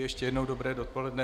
Ještě jednou dobré dopoledne.